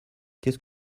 qu’est